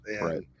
Right